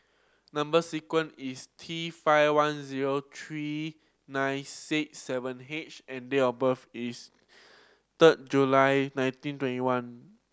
number sequence is T five one zero three nine six seven H and date of birth is third July nineteen twenty one